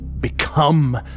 Become